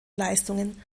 leistungen